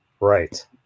Right